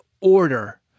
order